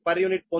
u పొందుతారు